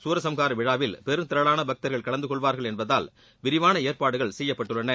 சூரசம்ஹார விழாவில் பெருந்திரளான பக்தர்கள் கலந்த கொள்வார்கள் என்பதால் விரிவான ஏற்பாடுகள் செய்யப்பட்டுள்ளன